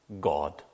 God